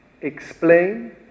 explain